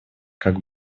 как